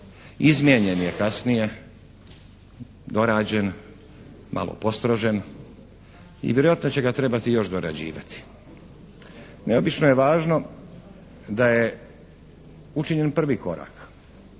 izmijenjen je kasnije, dorađen, malo postrožen i vjerojatno će ga trebati još dorađivati. Neobično je važno da je učinjen prvi korak.